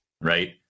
right